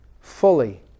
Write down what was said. fully